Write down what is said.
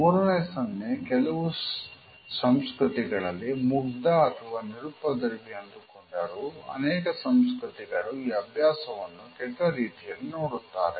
ಮೂರನೇ ಸನ್ನೆ ಕೆಲವು ಸಂಸ್ಕೃತಿಗಳಲ್ಲಿ ಮುಗ್ಧ ಅಥವಾ ನಿರುಪದ್ರವಿ ಅಂದುಕೊಂಡರು ಅನೇಕ ಸಂಸ್ಕೃತಿಗಳು ಈ ಅಭ್ಯಾಸವನ್ನು ಕೆಟ್ಟ ರೀತಿಯಲ್ಲಿ ನೋಡುತ್ತಾರೆ